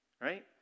Right